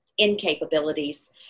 incapabilities